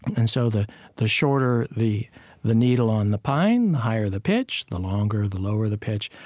and so the the shorter the the needle on the pine, the higher the pitch the longer, the lower the pitch.